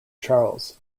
charles